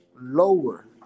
lower